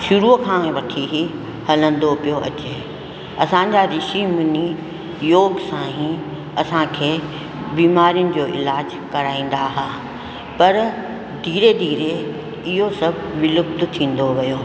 शुरूअ खां वठी हीअ हलंदो पियो अचे असांजा ऋषि मुनि योग सां ही असांखे बीमारियुनि जो इलाज कराईंदा हा पर धीरे धीरे इहो सभु विलुप्तु थींदो वियो